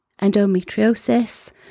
endometriosis